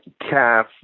calf